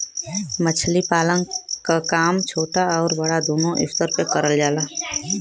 मछली पालन क काम छोटा आउर बड़ा दूनो स्तर पे करल जाला